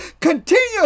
Continue